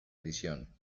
edición